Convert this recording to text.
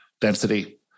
density